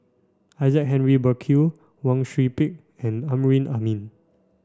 Isaac Henry Burkill Wang Sui Pick and Amrin Amin